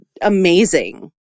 amazing